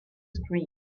scream